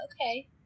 okay